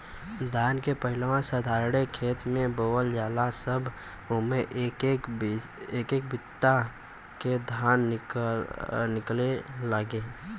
धान के पहिलवा साधारणे खेत मे बोअल जाला जब उम्मे एक एक बित्ता के धान निकले लागे